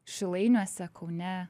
šilainiuose kaune